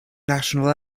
national